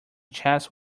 chest